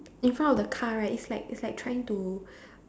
in front of the car right it's like it's like trying to